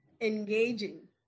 engaging